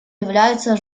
являются